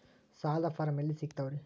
ಸಾಲದ ಫಾರಂ ಎಲ್ಲಿ ಸಿಕ್ತಾವ್ರಿ?